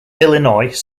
illinois